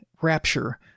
rapture